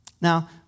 Now